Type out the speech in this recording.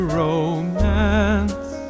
romance